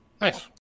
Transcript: Nice